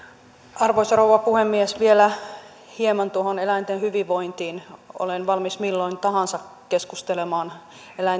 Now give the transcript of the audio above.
arvoisa rouva puhemies vielä hieman tuohon eläinten hyvinvointiin olen valmis milloin tahansa keskustelemaan